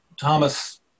Thomas